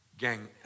Gang